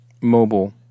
mobile